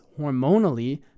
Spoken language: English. hormonally